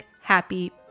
Happy